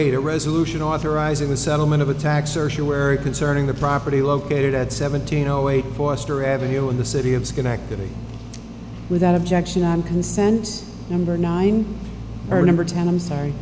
eight a resolution authorizing a settlement of attacks or she wary concerning the property located at seventeen zero eight forster avenue in the city of schenectady without objection on consent number nine or number ten i'm sorry